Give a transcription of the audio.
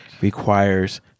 requires